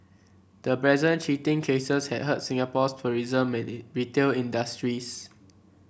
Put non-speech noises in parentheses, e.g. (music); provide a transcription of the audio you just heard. the brazen cheating cases had hurt Singapore's tourism may (unintelligible) retail industries